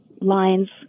lines